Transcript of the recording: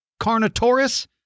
Carnotaurus